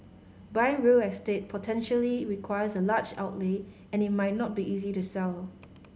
buying real estate potentially requires a large outlay and it might not be easy to sell